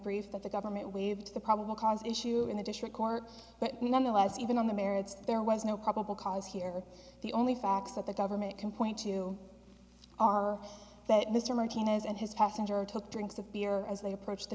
prefer that the government waived the probable cause issue in the district court but nonetheless even on the merits there was no probable cause here the only facts that the government can point to are that mr martinez and his passenger took drinks of beer as they approached the